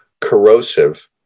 corrosive